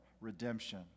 redemption